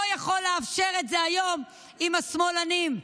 לא יכול לאפשר את זה היום, עם השמאלנים.